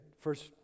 first